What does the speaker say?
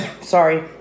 sorry